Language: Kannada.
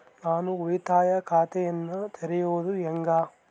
ನಾನು ಉಳಿತಾಯ ಖಾತೆಯನ್ನ ತೆರೆಯೋದು ಹೆಂಗ?